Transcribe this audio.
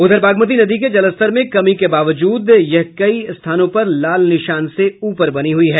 उधर बागमती नदी के जलस्तर में कमी के बावजूद यह कई स्थानों पर लाल निशान से ऊपर बनी हुई है